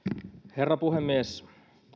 herra puhemies